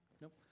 Nope